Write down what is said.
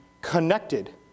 connected